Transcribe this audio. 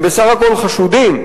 הם בסך הכול חשודים.